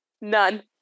None